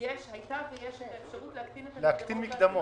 הייתה ויש את האפשרות להקטין את המקדמות.